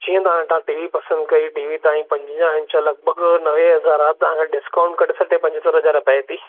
जीअं तव्हां हितां टी वी पसंदि कई टी वी ताईं पंजवंजाहु इंच लॻभॻि नवे हज़ार आहे तव्हांखे डिस्काउंट कटे सटे पंजहतरि हज़ार पए थी